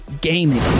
gaming